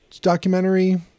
documentary